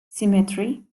cemetery